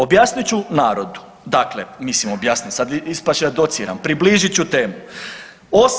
Objasnit ću narodu, dakle mislim objasnit, sad ispast će da dociram, približit ću temu.